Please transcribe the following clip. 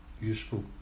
Useful